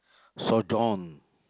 so don't